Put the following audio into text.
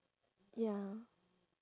ya